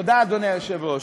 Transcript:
תודה, אדוני היושב-ראש.